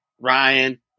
Ryan